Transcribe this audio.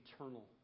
eternal